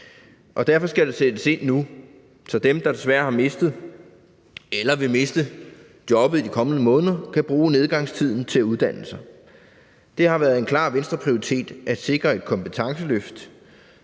Derfor skal der sættes ind nu, så dem, der desværre har mistet eller vil miste jobbet i de kommende måneder, kan bruge nedgangstiden til at uddanne sig. Det har været en klar Venstreprioritet at sikre et kompetenceløft